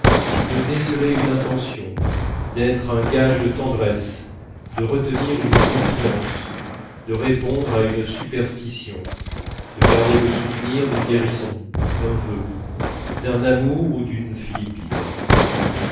de déceler une intention d'être un gage de tendresse de retenir une confidence de répondre à une superstition de garder le souvenir d'une guérison d'un vœu d'un amour ou d'une philippine